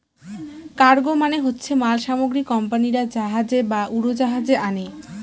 cargo মানে হচ্ছে মাল সামগ্রী কোম্পানিরা জাহাজে বা উড়োজাহাজে আনে